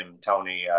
Tony